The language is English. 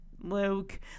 Luke